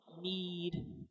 need